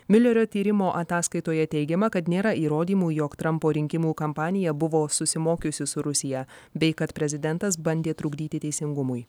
miulerio tyrimo ataskaitoje teigiama kad nėra įrodymų jog trampo rinkimų kampanija buvo susimokiusi su rusija bei kad prezidentas bandė trukdyti teisingumui